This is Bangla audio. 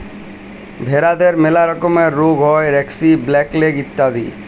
ভেরাদের ম্যালা রকমের রুগ হ্যয় ব্র্যাক্সি, ব্ল্যাক লেগ ইত্যাদি